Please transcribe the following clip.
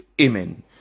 Amen